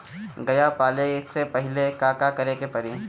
गया पाले से पहिले का करे के पारी?